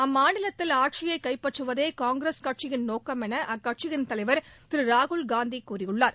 அம்மாநிலத்தில் ஆட்சியை கைப்பற்றுவதே காங்கிரஸ் கட்சியின் நோக்கம் என அக்கட்சியின் தலைவர் திரு ராகுல் காந்தி கூறியுள்ளார்